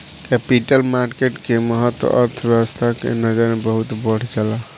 capital market के महत्त्व अर्थव्यस्था के नजर से बहुत बढ़ जाला